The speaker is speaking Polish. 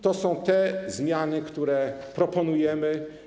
To są te zmiany, które proponujemy.